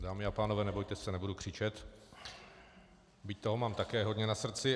Dámy a pánové, nebojte se, nebudu křičet, byť toho mám také hodně na srdci.